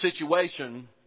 situation